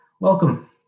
welcome